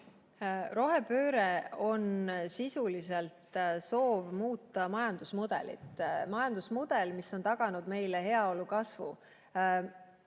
Rohepööre on sisuliselt soov muuta majandusmudelit, mis on taganud meile heaolu kasvu.